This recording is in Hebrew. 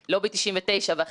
הוועדה הזו התנהלה במקצועיות